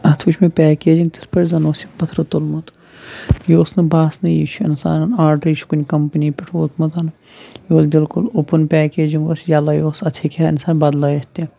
اَتھ وٕچھ مےٚ پیکیجِنٛگ تِتھ پٲٹھۍ زَن اوس یہِ پٔتھرٕ تُلمُت یہِ اوس نہٕ باسنٕے یہِ چھُ اِنسانَن آرڈَر یہِ چھِ کُنہِ کَمپٔنی پٮ۪ٹھ ووتمُت یہِ اوس بالکُل اوٚپُن پیکیجِنٛگ اوس یَلَے اوس اَتھ ہیٚکہِ ہا اِنسان بَدلٲوِتھ تہِ